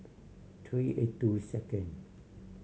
three eight two second